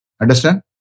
Understand